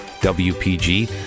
W-P-G